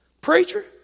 preacher